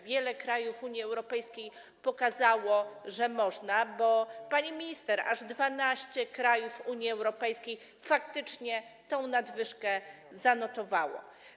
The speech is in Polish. Wiele krajów Unii Europejskiej pokazało, że można, pani minister, bo aż 12 krajów Unii Europejskiej faktycznie tę nadwyżkę odnotowało.